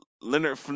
Leonard